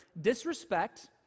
disrespect